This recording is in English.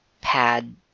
pad